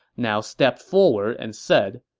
now stepped forward and said,